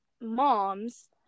moms